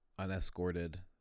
unescorted